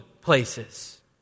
places